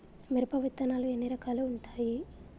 మిరప విత్తనాలు ఎన్ని రకాలు ఉంటాయి?